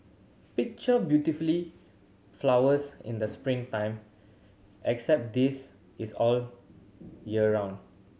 picture beautifully flowers in the spring time except this is all year round